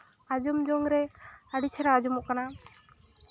ᱟᱸᱡᱚᱢ ᱡᱚᱝᱨᱮ ᱟᱹᱰᱤ ᱪᱮᱦᱨᱟ ᱟᱸᱡᱚᱢᱚᱜ ᱠᱟᱱᱟ